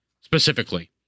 specifically